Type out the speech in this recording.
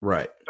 Right